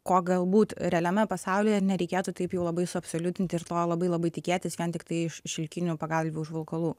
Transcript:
ko galbūt realiame pasaulyje nereikėtų taip jau labai suabsoliutinti ir to labai labai tikėtis vien tiktai iš šilkinių pagalvių užvalkalų